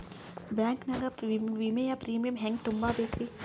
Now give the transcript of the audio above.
Bank ನಾಗ ವಿಮೆಯ premium ಹೆಂಗ್ ತುಂಬಾ ಬೇಕ್ರಿ?